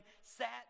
sat